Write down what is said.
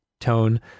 tone